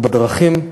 בדרכים,